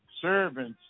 servants